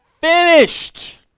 finished